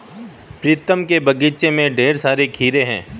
प्रीतम के बगीचे में ढेर सारे खीरे हैं